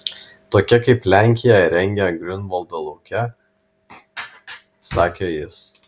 tokia kaip lenkija rengia griunvaldo lauke sakė jis